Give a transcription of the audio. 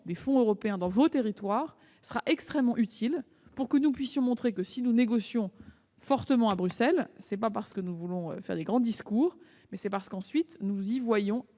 des fonds européens dans vos territoires sera extrêmement utile. Nous pourrons ainsi montrer que, si nous négocions fortement à Bruxelles, ce n'est pas parce que nous aimons faire de grands discours, mais c'est parce que ces politiques